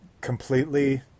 Completely